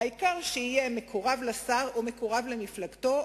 העיקר שיהיה מקורב לשר או מקורב למפלגתו,